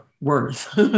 worth